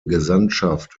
gesandtschaft